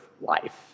life